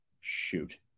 shoot